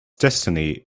destiny